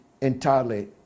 entirely